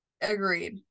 Agreed